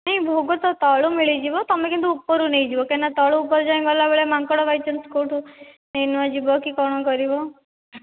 ନାହିଁ ଭୋଗ ତ ତଳୁ ମିଳିଯିବ ତୁମେ କିନ୍ତୁ ଉପରୁ ନେଇଯିବ କାହିଁକି ନା ତଳୁ ଉପର ଯାଏ ଗଲା ବେଳେ ମାଙ୍କଡ ବାଇଚାନ୍ସ କେଉଁଠୁ ନେଇ ନୁଆ ଯିବ କି କ'ଣ କରିବ